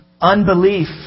Unbelief